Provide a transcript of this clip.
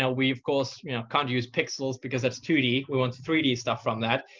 ah we of course can't use pixels because that's two d. we want three d stuff from that.